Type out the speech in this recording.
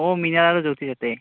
অঁ মৃনাল যতিন হাতে